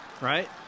right